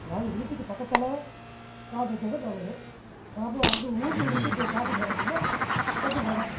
அதாவது வீட்டுக்கு பக்கத்தில் காடு இருக்கிறது நல்லது அப்போது அங்கே ஊருக்குள்லிருந்து இங்கே காட்டுக்கு வரும்பொழுது கொஞ்சம் நடை